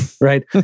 right